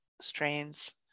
strains